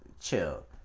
chill